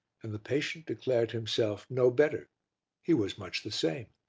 and the patient declared himself no better he was much the same.